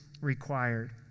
required